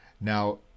now